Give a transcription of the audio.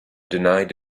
denied